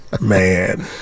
Man